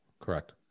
correct